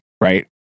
Right